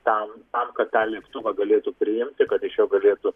tam tam kad tą lėktuvą galėtų priimti kad iš jo galėtų